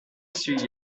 three